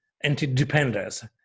anti-dependence